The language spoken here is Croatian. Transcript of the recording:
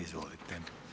Izvolite.